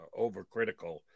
overcritical